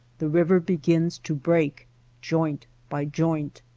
the river begins to break joint by joint.